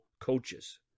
coaches